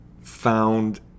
found